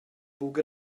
buca